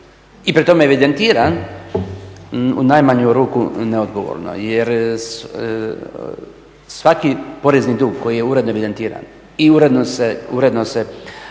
i pri tome evidentiran, u najmanju ruku neodgovorno. Jer svaki porezni dug koji je uredno evidentiran i uredno se